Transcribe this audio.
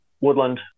woodland